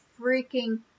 freaking